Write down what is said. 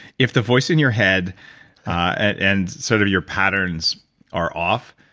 if the voice in your head and and sort of your patterns are off,